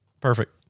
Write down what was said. Perfect